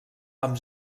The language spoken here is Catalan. amb